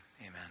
amen